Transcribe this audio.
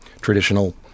traditional